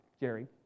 Jerry